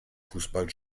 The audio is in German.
fußball